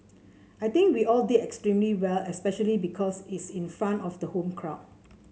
I think we all did extremely well especially because it's in front of the home crowd